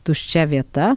tuščia vieta